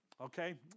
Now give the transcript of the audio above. okay